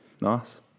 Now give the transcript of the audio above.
nice